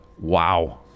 Wow